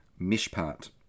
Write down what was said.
mishpat